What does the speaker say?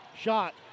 shot